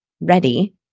ready